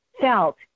felt